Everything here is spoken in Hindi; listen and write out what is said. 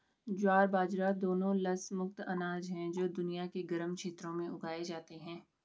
ज्वार बाजरा दोनों लस मुक्त अनाज हैं जो दुनिया के गर्म क्षेत्रों में उगाए जाते हैं